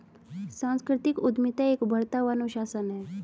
सांस्कृतिक उद्यमिता एक उभरता हुआ अनुशासन है